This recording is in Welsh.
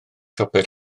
siopau